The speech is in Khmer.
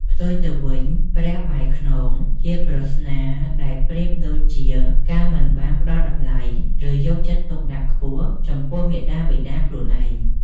ផ្ទុយទៅវិញ "ព្រះបែរខ្នង" ជាប្រស្នាដែលប្រៀបដូចជាការមិនបានផ្តល់តម្លៃ ឬយកចិត្តទុកដាក់ខ្ពស់ចំពោះមាតាបិតាខ្លួនឯង។